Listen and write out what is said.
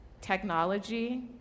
technology